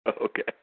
Okay